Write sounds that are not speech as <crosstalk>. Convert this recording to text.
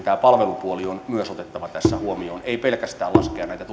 <unintelligible> tämä palvelupuoli on myös otettava tässä huomioon ei pelkästään laskettava näitä <unintelligible>